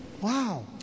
Wow